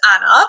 Anna